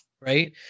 Right